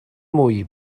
mwy